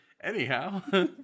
Anyhow